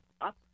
Up